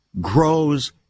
grows